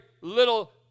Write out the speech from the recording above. little